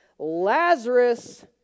Lazarus